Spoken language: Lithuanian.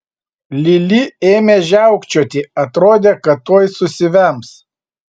lili ėmė žiaukčioti atrodė kad tuoj susivems